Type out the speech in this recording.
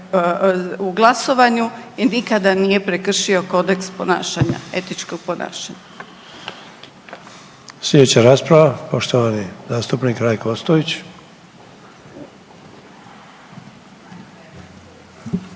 u glasovanju i nikada nije prekršio kodeks etičkog ponašanja.